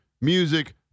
music